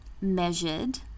measured